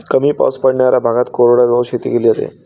कमी पाऊस पडणाऱ्या भागात कोरडवाहू शेती केली जाते